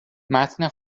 متن